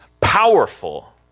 powerful